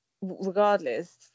regardless